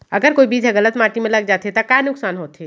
अगर कोई बीज ह गलत माटी म लग जाथे त का नुकसान होथे?